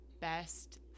best